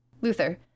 Luther